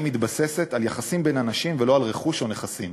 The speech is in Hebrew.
מתבססת על יחסים בין אנשים ולא על רכוש או נכסים.